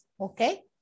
okay